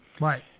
Right